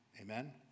Amen